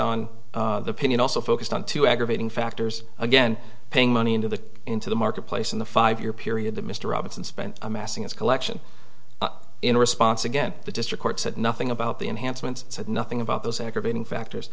on opinion also focused on two aggravating factors again paying money into the into the marketplace in the five year period that mr robinson spent amassing his collection in response again the district court said nothing about the enhancements said nothing about those aggravating factors